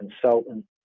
consultant